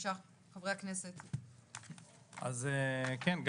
אז כן,